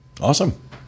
Awesome